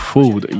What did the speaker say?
Food